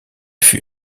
fut